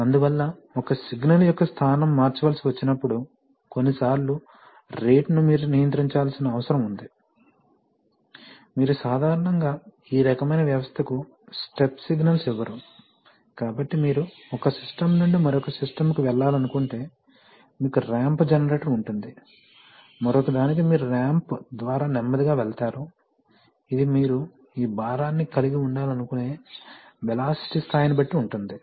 అందువల్ల ఒక సిగ్నల్ యొక్క స్థానం మార్చవలసి వచ్చినప్పుడు కొన్నిసార్లు రేటును మీరు నియంత్రించాల్సిన అవసరం ఉంది మీరు సాధారణంగా ఈ రకమైన వ్యవస్థకు స్టెప్ సిగ్నల్స్ ఇవ్వరు కాబట్టి మీరు ఒక సిస్టమ్ నుండి మరొక సిస్టమ్ కి వెళ్లాలనుకుంటే మీకు ర్యాంప్ జనరేటర్ ఉంటుంది మరొకదానికి మీరు ర్యాంప్ ద్వారా నెమ్మదిగా వెళతారు ఇది మీరు ఈ భారాన్ని కలిగి ఉండాలనుకునే వెలాసిటీ స్థాయిని బట్టి ఉంటుంది